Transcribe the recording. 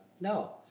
no